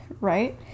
Right